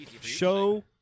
Show